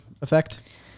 effect